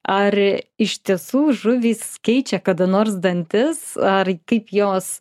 ar iš tiesų žuvys keičia kada nors dantis ar kaip jos